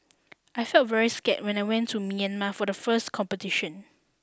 I felt very scared when I went to Myanmar for the first competition